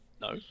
No